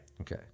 Okay